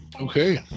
Okay